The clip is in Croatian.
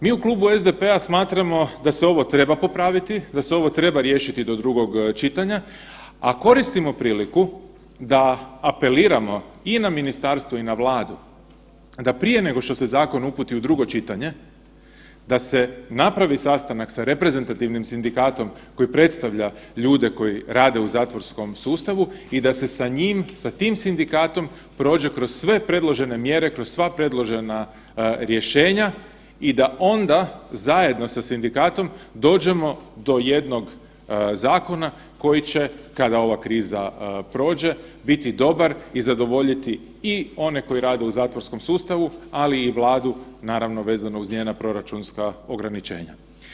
Mi u Klubu SDP-a smatramo da se ovo treba popraviti, da se ovo treba riješiti do drugog čitanja, a koristimo priliku da apeliramo i na ministarstvo i na Vladu, da prije nego što se zakon uputi u drugo čitanje, da se napravi sastanak sa reprezentativnim sindikatom koji predstavlja ljude koji rade u zatvorskom sustavu i da se sa njim, sa tim sindikatom prođe kroz sve predložene mjere, kroz sva predložena rješenja i da onda, zajedno sa sindikatom dođemo do jednog zakona koji će, kada ova kriza prođe, biti dobar i zadovoljiti i one koji rade u zatvorskom sustavu, ali i Vladu, naravno, vezano uz njena proračunska ograničenja.